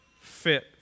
fit